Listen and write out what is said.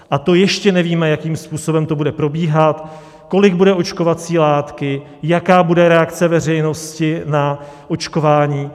A to ještě nevíme, jakým způsobem to bude probíhat, kolik bude očkovací látky, jaká bude reakce veřejnosti na očkování.